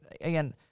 again